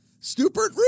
Stupid